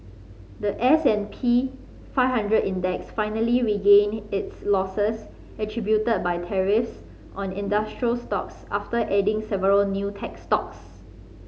the S and P five hundred Index finally regained its losses attributed by tariffs on industrial stocks after adding several new tech stocks